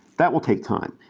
that will take time.